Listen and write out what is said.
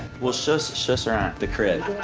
well, show us. show us around the crib.